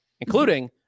Including